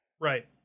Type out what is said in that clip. Right